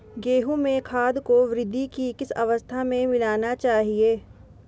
गेहूँ में खाद को वृद्धि की किस अवस्था में मिलाना चाहिए?